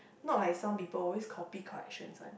not like some people always copy corrections one